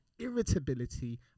irritability